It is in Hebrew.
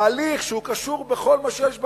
ההליך שקשור בכל מה שיש בחוק,